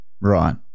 Right